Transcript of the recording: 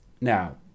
Now